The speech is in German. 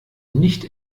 nicht